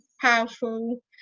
powerful